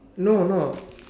no no